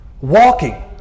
Walking